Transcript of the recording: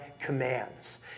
commands